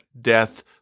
death